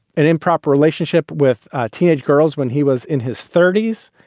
an improper relationship with teenage girls when he was in his thirty s.